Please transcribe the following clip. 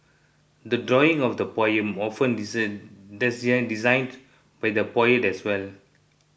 the drawing of the poem often designed by the poet as well